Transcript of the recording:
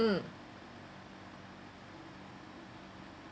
mm